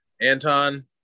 Anton